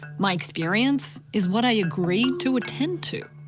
my experience is what i agree to attend to.